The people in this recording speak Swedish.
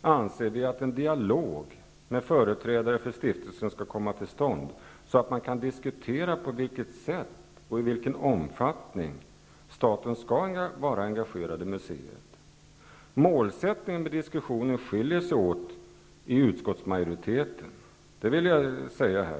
anser vi att att en dialog med företrädare för stiftelsen skall komma till stånd så att man kan diskutera på vilket sätt och i vilken omfattning staten skall vara engagerad i museet. När det gäller målsättningen med diskussionerna skiljer sig utskottsmajoritetens uppfattning, det vill jag här klart säga.